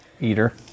eater